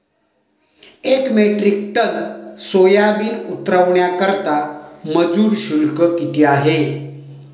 एक metric ton soybean उतरवण्याकरता मजूर शुल्क किती आहे?